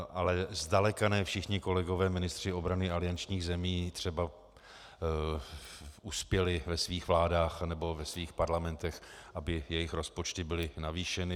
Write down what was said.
Ale zdaleka ne všichni kolegové ministři obrany aliančních zemí třeba uspěli ve svých vládách nebo ve svých parlamentech, aby jejich rozpočty byly navýšeny.